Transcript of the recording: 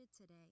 today